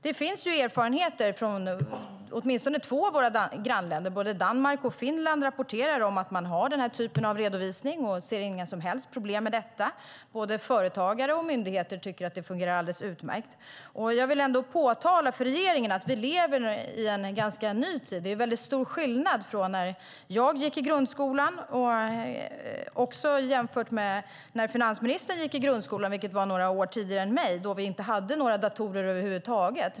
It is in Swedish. Det finns erfarenheter från åtminstone två av våra grannländer. Både Danmark och Finland rapporterar om att man har den typen av redovisning och inte ser några som helst problem med det. Både företagare och myndigheter tycker att det fungerar alldeles utmärkt. Jag vill framhålla för regeringen att vi lever i en ganska ny tid. Det är stor skillnad från när jag gick i grundskolan och när finansministern gick i grundskolan, vilket var ytterligare några år tidigare. Då hade vi inga datorer över huvud taget.